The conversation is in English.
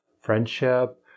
friendship